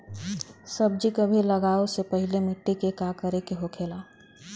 सब्जी कभी लगाओ से पहले मिट्टी के का करे के होखे ला?